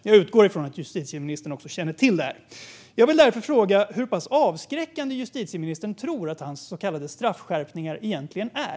Jag utgår från att justitieministern också känner till det. Jag vill därför fråga hur pass avskräckande justitieministern tror att hans så kallade straffskärpningar egentligen är.